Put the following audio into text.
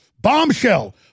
Bombshell